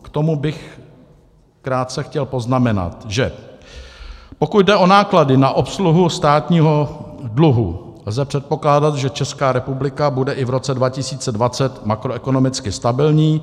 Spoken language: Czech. K tomu bych krátce chtěl poznamenat, že pokud jde o náklady na obsluhu státního dluhu, lze předpokládat, že Česká republika bude i v roce 2020 makroekonomicky stabilní.